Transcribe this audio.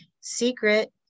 Secret